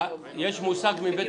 חבל.